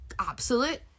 absolute